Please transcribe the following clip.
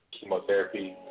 Chemotherapy